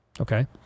okay